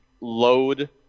load